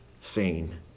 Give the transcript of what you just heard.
seen